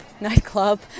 nightclub